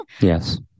Yes